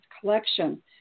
collection